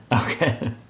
Okay